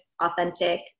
authentic